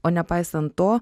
o nepaisant to